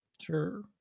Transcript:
sure